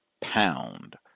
pound